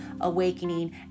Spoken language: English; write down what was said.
awakening